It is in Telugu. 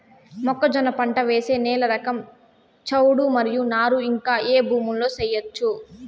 మొక్కజొన్న పంట వేసే నేల రకం చౌడు మరియు నారు ఇంకా ఏ భూముల్లో చేయొచ్చు?